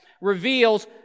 reveals